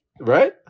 Right